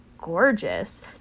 gorgeous